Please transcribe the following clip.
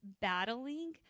battling